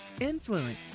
influence